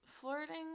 Flirting